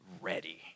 ready